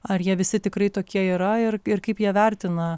ar jie visi tikrai tokie yra ir ir kaip jie vertina